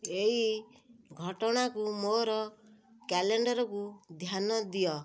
ଏହି ଘଟଣାକୁ ମୋର କ୍ୟାଲେଣ୍ଡର୍କୁ ଧ୍ୟାନ ଦିଅ